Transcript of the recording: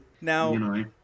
Now